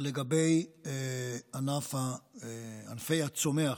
לגבי ענפי הצומח,